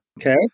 Okay